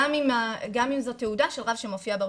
גם אם זו תעודה של רב שמופיע ברשימה,